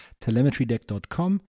telemetrydeck.com